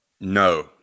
no